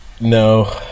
No